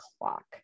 clock